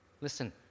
Listen